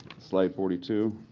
slide forty two.